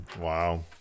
Wow